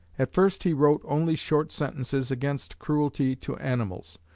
at first he wrote only short sentences against cruelty to animals,